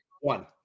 one